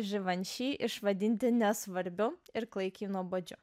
givenchy išvadinti nesvarbiu ir klaikiai nuobodžiu